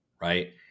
Right